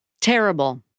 terrible